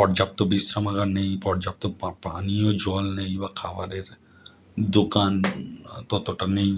পর্যাপ্ত বিশ্রামাগার নেই পর্যাপ্ত পানীয় জল নেই বা খাবারের দোকান ততটা নেই